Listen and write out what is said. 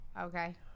Okay